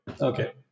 Okay